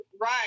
Right